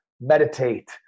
Meditate